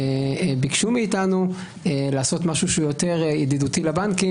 ביקשו מאיתנו לעשות משהו יותר ידידותי לבנקים